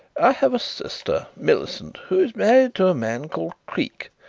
i have a sister, millicent, who is married to a man called creake.